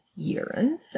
urine